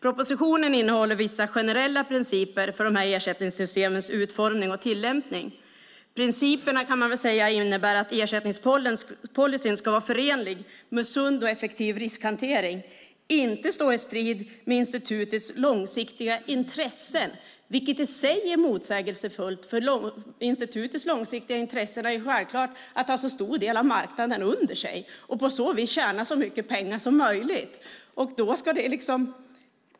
Propositionen innehåller vissa generella principer för ersättningssystemens utformning och tillämpning. Principerna innebär att ersättningspolicyn ska vara förenlig med sund och effektiv riskhantering och inte stå i strid med institutets långsiktiga intressen. Det är i sig motsägelsefullt eftersom institutets långsiktiga intressen självklart är att ha en stor del av marknaden under sig och därmed tjäna så mycket pengar som möjligt.